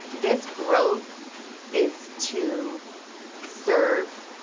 this growth is to serve